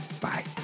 Bye